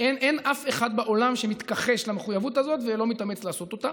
אין אף אחד בעולם שמתכחש למחויבות הזאת ולא מתאמץ לעשות אותה.